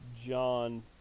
John